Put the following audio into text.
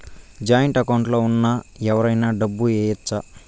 joint account లో ఉన్న ఎవరైనా డబ్బు ఏయచ్చు